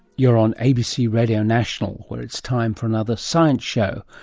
you're on abc radio national where it's time for another science show,